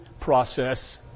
process